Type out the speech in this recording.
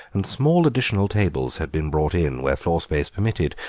and small additional tables had been brought in, where floor space permitted,